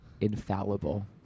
infallible